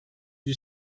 yüz